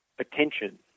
attention